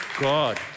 God